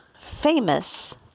famous